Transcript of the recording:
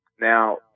Now